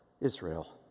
Israel